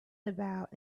about